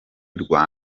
rwa